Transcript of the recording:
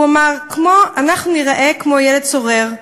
הוא אמר: אנחנו ניראה כמו ילד סורר,